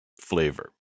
flavor